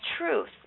truth